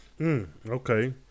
okay